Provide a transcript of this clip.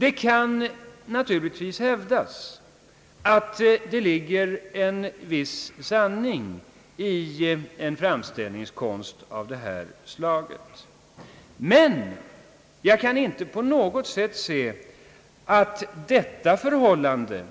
Det kan naturligtvis hävdas att det ligger en viss sanning i en framställningskonst av detta slag. Men jag kan inte på något sätt se att detta förhållande